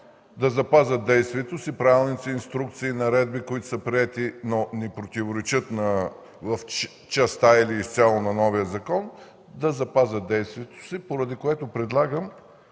да запазят действието си, правилните инструкции, наредби, които са приети, но не противоречат в частта или изцяло на новия закон, да запазят действието си. Поради това,